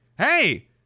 Hey